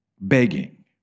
begging